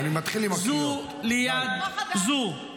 זו ליד זו.